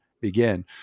begin